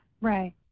Right